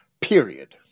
period